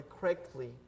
correctly